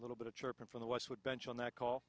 little bit of chirping from the west would bench on that call